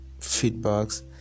feedbacks